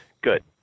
good